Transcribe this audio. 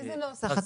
איזה נוסח?